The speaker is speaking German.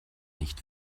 nicht